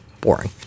boring